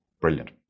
brilliant